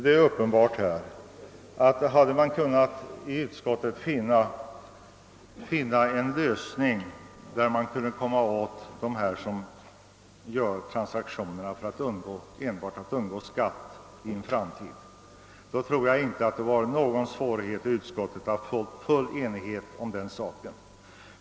Det är uppenbart, att om man i utskottet hade kunnat finna en lösning som inneburit, att man kunnat komma åt dem som gör transaktionerna enbart för att undgå skatt i en framtid, så skulle det inte ha varit någon svårighet att i utskottet vinna full enighet om den saken.